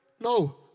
no